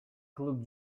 кылып